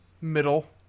middle